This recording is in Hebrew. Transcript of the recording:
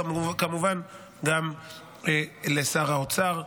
כמובן גם לשר האוצר.